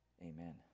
Amen